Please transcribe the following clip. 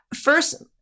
First